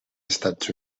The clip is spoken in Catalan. estats